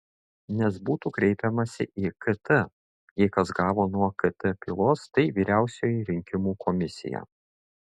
nes būtų kreipiamasi į kt jei kas gavo nuo kt pylos tai vyriausioji rinkimų komisija